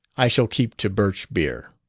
i shall keep to birch beer.